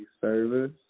service